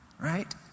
right